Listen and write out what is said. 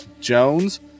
Jones